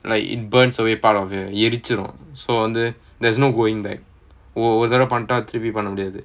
like it burns away part of it எரிச்சிரும்:erichirum so there's there's no going back ஒரு தடவ பண்ணிட்டா மறுபிடியும் பண்ண முடியாது:oru thaadava pannitta marubadiyum panna mudiyaathu